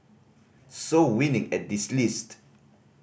so winning at this list